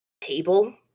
table